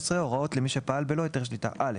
הוראות למי שפעל בלא היתר שליטה 13. (א)